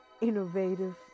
innovative